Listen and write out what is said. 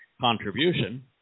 contribution